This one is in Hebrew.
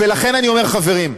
ולכן אני אומר: חברים,